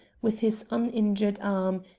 with his uninjured arm,